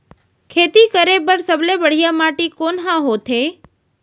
खेती करे बर सबले बढ़िया माटी कोन हा होथे?